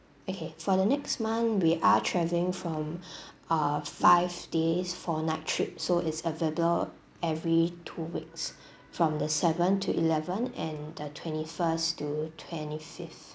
okay for the next month we are travelling from uh five days four night trip so is available every two weeks from the seven to eleven and the twenty first to twenty fifth